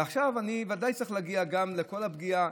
ועכשיו אני ודאי צריך להגיע גם לכל הפגיעה